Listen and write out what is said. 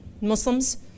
Muslims